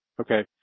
Okay